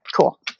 Cool